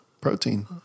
protein